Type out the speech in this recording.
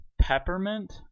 Peppermint